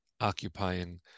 occupying